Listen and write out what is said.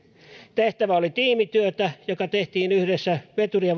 tehtävä oli tiimityötä joka tehtiin yhdessä veturi ja